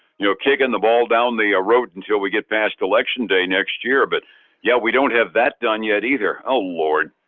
you know, kicking the ball down the ah road until we get past election day next year, but yeah. we don't have that done yet either. oh lord.